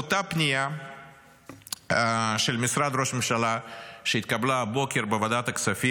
באותה פנייה של משרד ראש הממשלה שהתקבלה הבוקר בוועדת הכספים